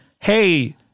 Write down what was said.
hey